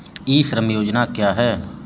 ई श्रम योजना क्या है?